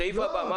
הסעיף הבא.